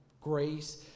grace